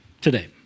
today